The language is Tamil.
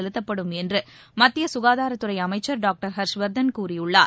செலுத்தப்படும் என்றுமத்தியசுகாதாரத்துறைஅமைச்சர் டாக்டர் ஹர்ஷ்வர்த்தன் கூறியுள்ளார்